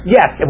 Yes